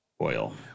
oil